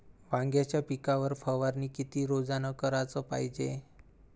वांग्याच्या पिकावर फवारनी किती रोजानं कराच पायजे?